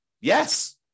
Yes